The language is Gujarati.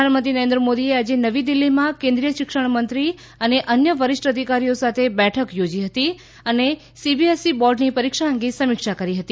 પ્રધાનમંત્રી નરેન્દ્ર મોદીએ આજે નવી દિલ્હીમાં કેન્દ્રીય શિક્ષણમંત્રી અને અન્ય વરિષ્ઠ અધિકારીઓ સાથે બેઠક યોજી હતી અને સીબીએસઈ બોર્ડની પરીક્ષા અંગે સમીક્ષા કરી હતી